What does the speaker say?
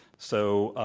so,